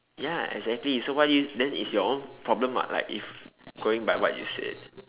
ya exactly so why did you then it's your own problem [what] like if going by what you said